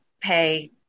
pay